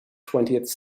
twentieth